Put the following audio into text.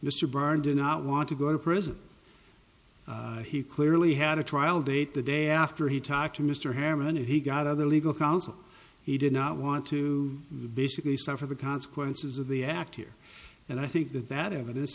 mr barr did not want to go to prison he clearly had a trial date the day after he talked to mr herrmann and he got other legal counsel he did not want to basically suffer the consequences of the act here and i think that that evidence